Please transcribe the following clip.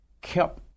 kept